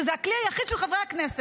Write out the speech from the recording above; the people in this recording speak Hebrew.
שזה הכלי היחיד של חברי הכנסת.